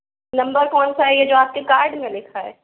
number कौन सा है ये जो आपके कार्ड में लिखा है